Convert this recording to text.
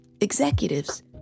executives